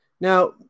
Now